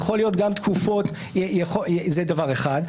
זה דבר אחד.